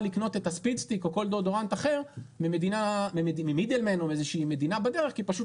לקנות את הספיד סטיק או כל דאודורנט אחר מכל מדינה בארץ כי פשוט